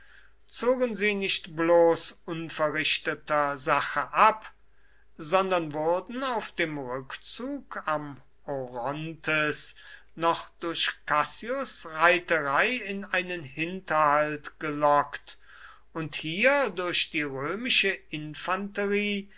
zogen sie nicht bloß unverrichteter sache ab sondern wurden auf dem rückzug am orontes noch durch cassius reiterei in einen hinterhalt gelockt und hier durch die römische infanterie